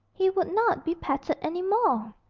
he would not be petted any more!